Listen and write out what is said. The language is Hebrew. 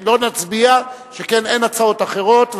לא נצביע, שכן אין הצעות אחרות.